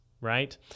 Right